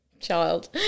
Child